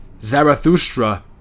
Zarathustra